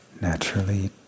naturally